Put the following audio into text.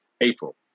April